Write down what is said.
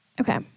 Okay